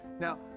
Now